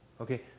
Okay